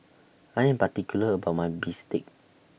I Am particular about My Bistake